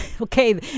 Okay